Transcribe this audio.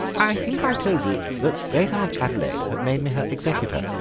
i think i told you that great-aunt adelaide had made me her executor.